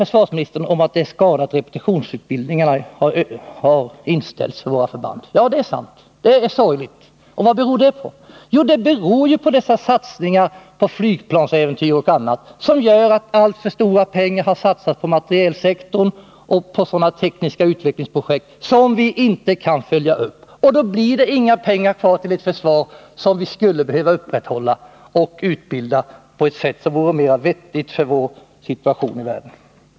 Försvarsministern sade att det är skada att repititionsutbildningar har inställts för våra förband. Ja, det är sorgligt. Men vad beror det på? Jo, på satsningarna på flygplansäventyr och annat, som har medfört att alltför stora summor har satsats på materielsektorn och på tekniska utvecklingsprojekt som vi inte kan följa upp. Då blir det inga pengar kvar till det försvar som vi skulle behöva upprätthålla och utbilda på ett mer vettigt sätt med tanke på vår situation.